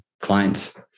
clients